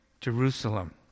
Jerusalem